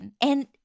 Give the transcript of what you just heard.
and-